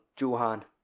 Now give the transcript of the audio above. Johan